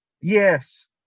Yes